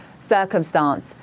circumstance